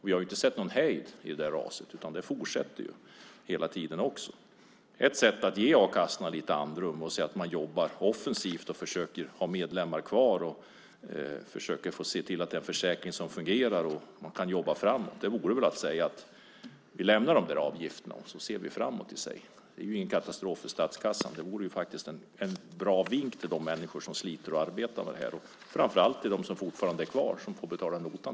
Vi har inte sett någon hejd på raset. Det fortsätter hela tiden. Ett sätt att ge a-kassorna lite andrum att jobba offensivt, försöka hålla kvar medlemmar, försöka se till att det är en försäkring som fungerar och jobba framåt vore väl att säga att vi lämnar avgifterna och ser framåt. Det är ju ingen katastrof för statskassan. Det vore ju faktiskt en bra vink till de människor som jobbar och sliter med det här, och framför allt till dem som fortfarande är kvar och till sist får betala notan.